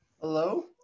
hello